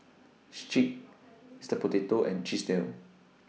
Schick Mister Potato and Chesdale